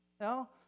No